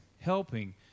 helping